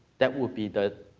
that would be the